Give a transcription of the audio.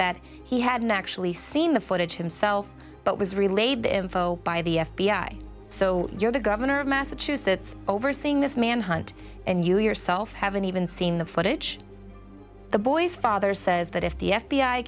that he hadn't actually seen the footage himself but was relayed the info by the f b i so you're the governor of massachusetts overseeing this manhunt and you yourself haven't even seen the footage the boy's father says that if the f